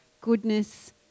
goodness